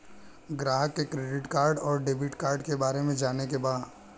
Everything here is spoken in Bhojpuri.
ग्राहक के क्रेडिट कार्ड और डेविड कार्ड के बारे में जाने के बा?